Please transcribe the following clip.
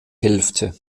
hälfte